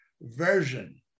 version